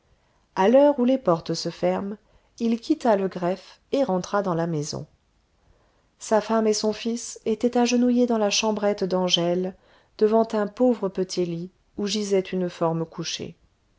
a l'heure où les portes se ferment il quitta le greffe et rentra dans la maison sa femme et son fils étaient agenouillés dans la chambrette d'angèle devant un pauvre petit lit où gisait une forme couchée